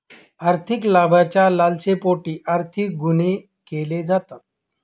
आर्थिक लाभाच्या लालसेपोटी आर्थिक गुन्हे केले जातात